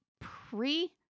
pre